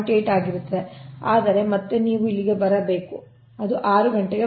8 ಆಗಿರುತ್ತದೆ ಆದರೆ ಮತ್ತೆ ನೀವು ಇಲ್ಲಿಗೆ ಬರಬೇಕು ಅದು 6 ಗಂಟೆಗೆ ಬರುತ್ತಿದೆ